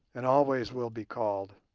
and always will be called.